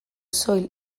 soil